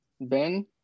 Ben